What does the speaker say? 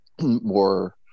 more